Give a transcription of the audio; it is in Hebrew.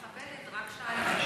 מכבדת, רק שאלתי.